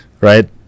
Right